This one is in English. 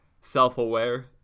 self-aware